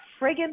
friggin